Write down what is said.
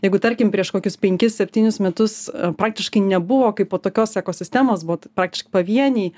jeigu tarkim prieš kokius penkis septynis metus praktiškai nebuvo kaipo tokios ekosistemos buvo praktiškai pavieniai